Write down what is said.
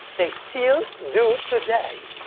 they still do today!